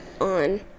on